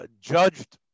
judged